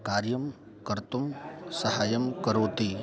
कार्यं कर्तुं सहायं करोति